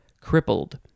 crippled